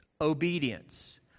obedience